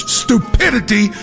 stupidity